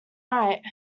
night